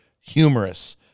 humorous